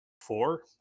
Four